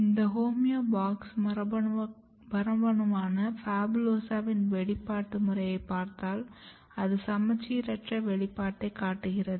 இந்த homeobox மரபணுவான PHABULOSA வின் வெளிப்பாடு முறையைப் பார்த்தால் அது சமச்சீரற்ற வெளிப்பாட்டை காட்டுகிறது